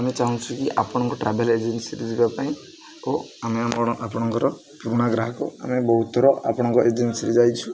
ଆମେ ଚାହୁଁଛୁ କି ଆପଣଙ୍କ ଟ୍ରାଭେଲ ଏଜେନ୍ସିରେ ଯିବା ପାଇଁ ଓ ଆମେ ଆମର ଆପଣଙ୍କର ପୁରୁଣା ଗ୍ରାହକ ଆମେ ବହୁତଥର ଆପଣଙ୍କ ଏଜେନ୍ସି ଯାଇଛୁ